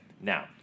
Now